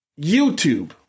YouTube